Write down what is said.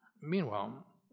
meanwhile